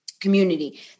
community